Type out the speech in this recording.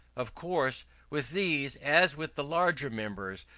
of course with these, as with the larger members,